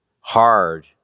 hard